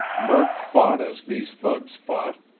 murk fought as these thugs fought,